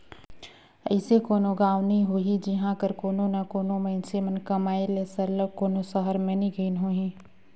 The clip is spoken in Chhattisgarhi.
अइसे कोनो गाँव नी होही जिहां कर कोनो ना कोनो मइनसे मन कमाए ले सरलग कोनो सहर में नी गइन होहीं